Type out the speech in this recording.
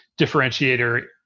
differentiator